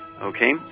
okay